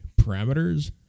parameters